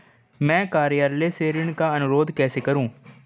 मैं कार्यालय से ऋण का अनुरोध कैसे करूँ?